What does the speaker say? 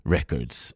Records